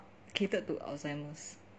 catered to alzheimer's